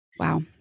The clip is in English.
Wow